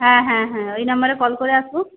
হ্যাঁ হ্যাঁ হ্যাঁ এই নাম্বারে কল করে আসবো